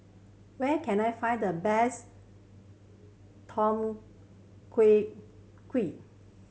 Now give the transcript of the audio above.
where can I find the best Tom